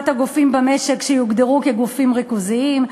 הגופים במשק שיוגדרו כגופים ריכוזיים,